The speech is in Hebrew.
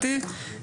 הדוק,